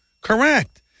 Correct